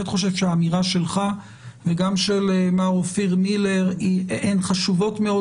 חושב שהאמירה שלך וגם של מר אופיר מילר הן חשובות מאוד,